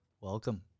Welcome